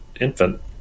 infant